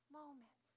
moments